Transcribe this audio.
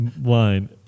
line